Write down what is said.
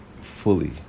fully